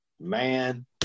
man